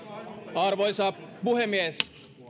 arvoisa puhemies